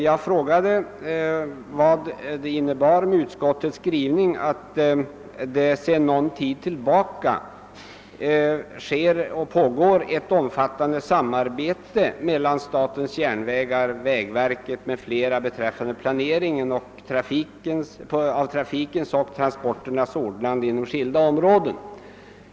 Jag frågade vad utskottet skrivning innebar, där det står, att det sedan någon tid tillbaka pågår ett omfattande samarbete mellan statens järnvägar, vägverket m.fl. beträffande planeringen av trafikens och transporternas ordnande inom skilda områden.